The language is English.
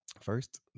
First